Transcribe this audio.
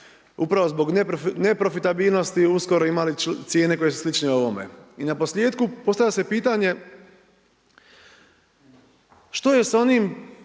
upravo zbog neprofitabilnosti uskoro imali cijene koje su slične ovome. I naposljetku, postavlja se pitanje što je s onim